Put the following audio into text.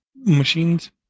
machines